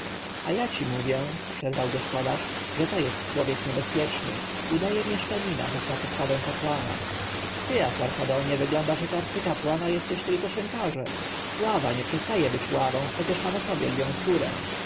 a ja ci mówię przerwał gospodarz że to jest człowiek niebezpieczny udaje mieszczanina choć ma postawę kapłana ty asarhadonie wyglądasz jak arcykapłan a jesteś tylko szynkarzem ława nie przestaje być ławą chociaż ma na sobie lwią skórę